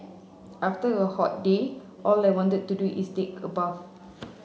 after a hot day all I want to do is take a bath